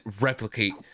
replicate